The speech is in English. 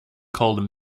called